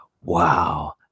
Wow